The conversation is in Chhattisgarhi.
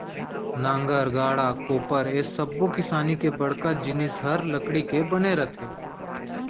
नांगर, गाड़ा, कोपर ए सब्बो किसानी के बड़का जिनिस हर लकड़ी के बने रथे